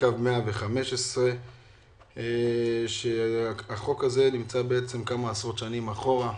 קו 115. החוק הזה קיים כמה עשרות שנים אחורה,